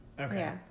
okay